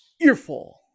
Earful